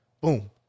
Boom